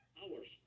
hours